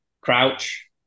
Crouch